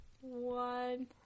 one